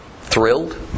thrilled